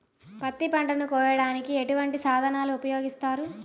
పత్తి పంటను కోయటానికి ఎటువంటి సాధనలు ఉపయోగిస్తారు?